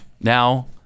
now